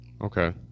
Okay